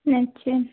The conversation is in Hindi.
अच्छा